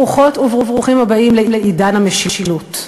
ברוכות וברוכים הבאים לעידן המשילות.